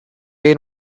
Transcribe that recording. ate